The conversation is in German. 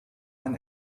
ein